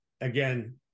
again